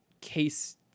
case